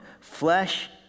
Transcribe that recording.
Flesh